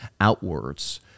outwards